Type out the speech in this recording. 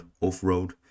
off-road